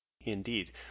Indeed